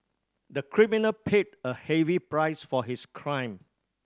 the criminal paid a heavy price for his crime